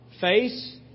face